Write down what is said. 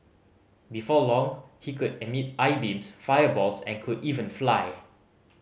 before long he could emit eye beams fireballs and could even fly